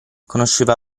conosceva